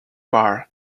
bar